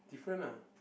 different ah